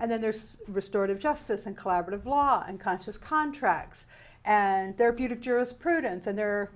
and then there's restored of justice and collaborative law and conscious contracts and therapeutic jurisprudence and there